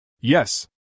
Yes